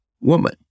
woman